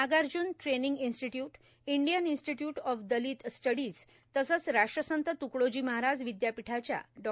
Nagarjun training institute Indian institute of Dalit studies तसेच राष्ट्रसंत त्कडोजी महाराज विदयापीठाच्या डॉ